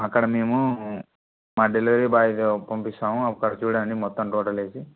అక్కడ మేము మా డెలివరీ బాయ్ పంపిస్తాము అక్కడ చూడండి మొత్తం టోటలేసి